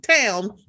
town